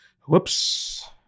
whoops